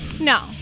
No